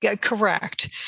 Correct